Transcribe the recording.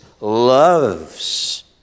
loves